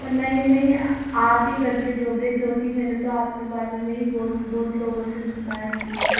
नहीं नहीं आप ही करके दोगे क्योंकि मैंने तो आप के बारे में ही बहुत बहुत लोगों से सुना है इसलिए